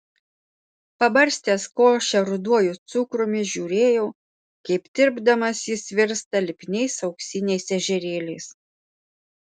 pabarstęs košę ruduoju cukrumi žiūrėjau kaip tirpdamas jis virsta lipniais auksiniais ežerėliais